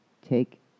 Take